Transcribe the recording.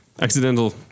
Accidental